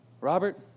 Robert